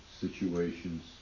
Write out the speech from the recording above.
situations